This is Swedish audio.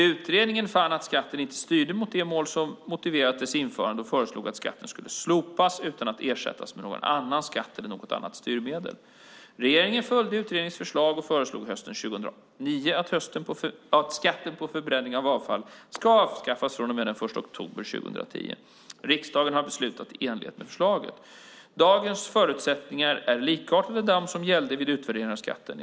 Utredningen fann att skatten inte styrde mot de mål som motiverat dess införande och föreslog att skatten skulle slopas utan att ersättas med någon annan skatt eller något annat styrmedel. Regeringen följde utredningens förslag och föreslog hösten 2009 att skatten på förbränning av avfall ska avskaffas från och med den 1 oktober 2010. Riksdagen har beslutat i enlighet med förslaget. Dagens förutsättningar är likartade dem som gällde vid utvärderingen av skatten.